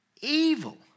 Evil